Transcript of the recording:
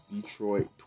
Detroit